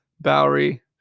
Bowery